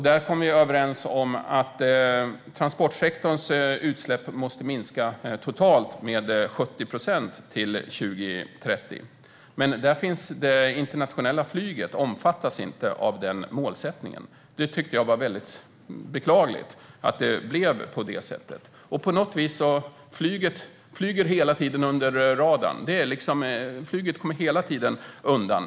Där kom vi överens om att transportsektorns utsläpp måste minska totalt med 70 procent till 2030. Men det internationella flyget omfattas inte av den målsättningen. Det var väldigt beklagligt att det blev på det sättet. På något vis flyger flyget hela tiden under radarn. Flyget kommer hela tiden undan.